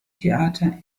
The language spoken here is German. theater